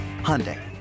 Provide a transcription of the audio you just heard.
Hyundai